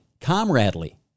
Comradely